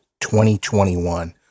2021